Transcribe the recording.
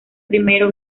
primero